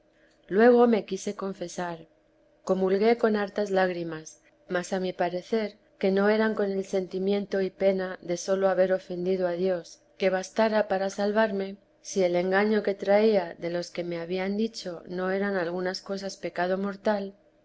luego me quise confesar comulgué con hartas lágrimas mas a mi parecer que no eran con el sentimiento y pena de sólo haber ofendido a dios que bastara para salvarme si el engaño que traía de los que me habían dicho no eran algunas cosas pecado mortal